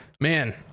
man